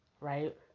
right